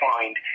find